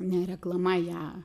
ne reklama ją